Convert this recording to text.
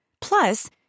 plus